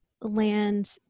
land